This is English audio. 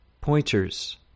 pointers